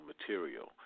material